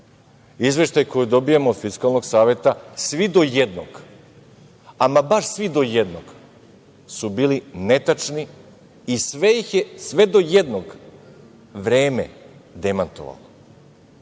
izveštaji koje dobijamo od Fiskalnog saveta, svi do jednog, ama baš svi do jednog, su bili netačni i sve do jednog ih je vreme demantovalo.